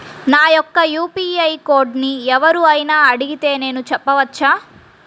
నా యొక్క యూ.పీ.ఐ కోడ్ని ఎవరు అయినా అడిగితే నేను చెప్పవచ్చా?